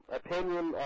opinion